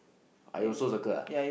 I also circle ah